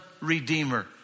redeemer